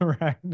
right